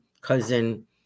cousin